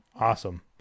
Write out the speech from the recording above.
awesome